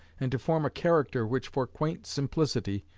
and to form a character which for quaint simplicity,